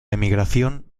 emigración